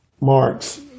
Marx